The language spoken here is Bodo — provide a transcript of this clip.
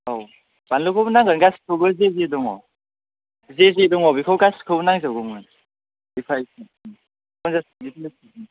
औ बानलुखौबो नांगोन गासिखोबो जे जे दङ जे जे दङ बेखौ गासिखोबो नांजोबगौमोन फिफटि फाइफ पन्सास किजिनो